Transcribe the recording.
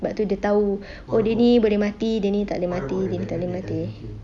sebab tu dia tahu oh dia ni boleh mati dia ni tak boleh mati dia ni tak boleh mati